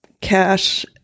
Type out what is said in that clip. cash